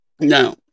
Now